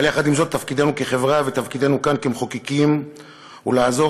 תפקידנו כחברה ותפקידנו כאן כמחוקקים הוא לעזור